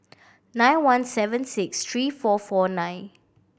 nine one seven six three four four nine